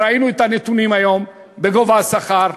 ראינו היום את הנתונים על גובה השכר,